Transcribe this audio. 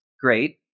Great